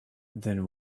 then